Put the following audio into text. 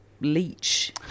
leech